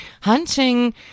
Hunting